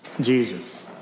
Jesus